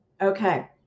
Okay